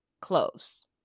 close